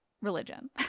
religion